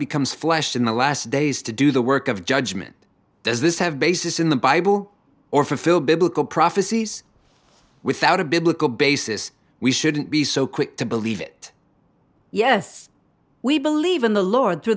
becomes flesh in the last days to do the work of judgment does this have basis in the bible or fulfill biblical prophecies without a biblical basis we shouldn't be so quick to believe it yes we believe in the lord through